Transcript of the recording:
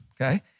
okay